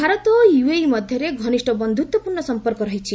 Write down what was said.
ଭାରତ ଓ ୟୁଏଇ ମଧ୍ୟରେ ଘନିଷ୍ଠ ବନ୍ଧୁତ୍ୱ ପୂର୍ଣ୍ଣ ସମ୍ପର୍କ ରହିଛି